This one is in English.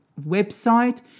website